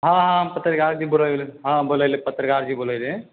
हँ हम पत्रकारजी बोलै ले हँ बोलै ले पत्रकार जी बोलै ले